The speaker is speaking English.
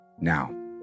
Now